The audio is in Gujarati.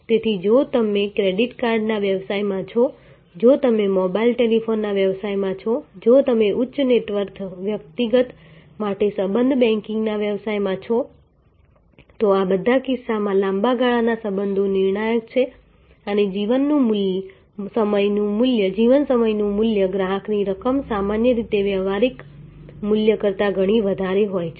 તેથી જો તમે ક્રેડિટ કાર્ડના વ્યવસાયમાં છો જો તમે મોબાઇલ ટેલિફોનના વ્યવસાયમાં છો જો તમે ઉચ્ચ નેટવર્થ વ્યક્તિગત માટે સંબંધ બેંકિંગના વ્યવસાયમાં છો તો આ બધા કિસ્સાઓમાં લાંબા ગાળાના સંબંધો નિર્ણાયક છે અને જીવન સમયનું મૂલ્ય ગ્રાહકની રકમ સામાન્ય રીતે વ્યવહારિક મૂલ્ય કરતાં ઘણી વધારે હોય છે